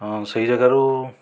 ହଁ ସେହି ଯାଗାରୁ